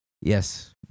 yes